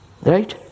right